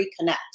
reconnect